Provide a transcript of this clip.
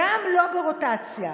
גם לא ברוטציה.